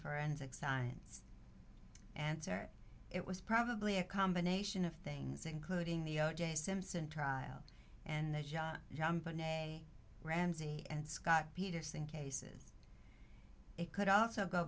forensic science answer it was probably a combination of things including the o j simpson trial and the jon benet ramsey and scott peterson cases it could also go